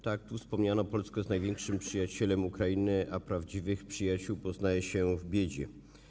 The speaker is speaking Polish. Tak jak tu wspomniano, Polska jest największym przyjacielem Ukrainy, a prawdziwych przyjaciół poznaje się w biedzie.